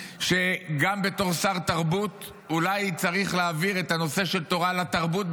שגם בתור שר תרבות אולי צריך להעביר את הנושא של תורה לתרבות,